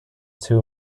two